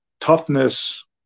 toughness